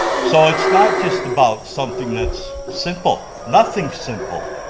so it's not just about something that's simple, nothing's simple.